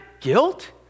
guilt